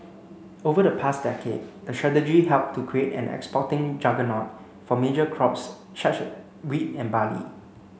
over the past decade the strategy helped to create an exporting juggernaut for major crops wheat and barley